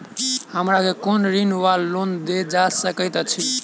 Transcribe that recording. हमरा केँ कुन ऋण वा लोन देल जा सकैत अछि?